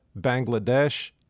Bangladesh